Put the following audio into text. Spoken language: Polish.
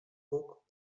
puk